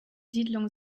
siedlung